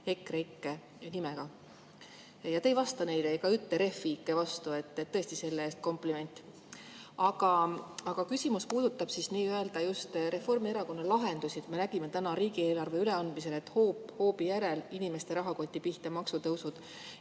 ikke valitsus. Ja te ei vasta neile ega ütle Refi ike vastu. Tõesti selle eest kompliment! Aga küsimus puudutab nii-öelda just Reformierakonna lahendusi. Me nägime täna riigieelarve üleandmisel, et hoop hoobi järel inimeste rahakoti pihta, maksutõusud.